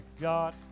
God